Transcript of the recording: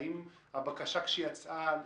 האם הבקשה כשיצאה